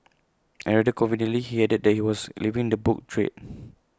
and rather conveniently he added that he was leaving the book trade